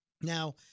Now